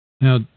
Now